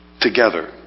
together